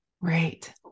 Right